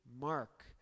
Mark